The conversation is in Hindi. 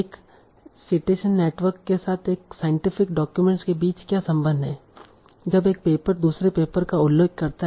एक साइटेशन नेटवर्क के साथ साइंटिफिक डाक्यूमेंट्स के बीच क्या संबंध है जब एक पेपर दूसरे पेपर का उल्लेख करता है